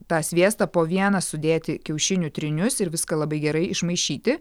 tą sviestą po vieną sudėti kiaušinių trynius ir viską labai gerai išmaišyti